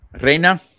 Reina